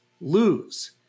lose